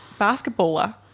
basketballer